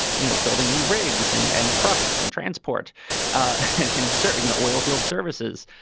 you know, building new rigs and and trucks and transport and certain, you know, oilfield services.